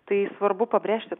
tai svarbu pabrėžti